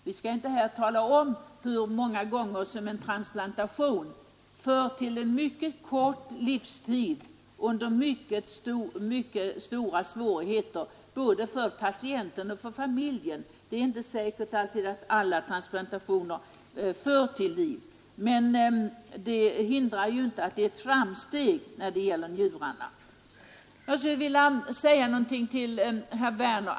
Vi skall inte här tala om hur många gånger en transplantation leder till mycket kort fortsatt livstid under mycket stora svårigheter både för patienten och för familjen. Alla transplantationer för inte till liv. När det gäller njurarna har man dock gjort framsteg.